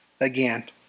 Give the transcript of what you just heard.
again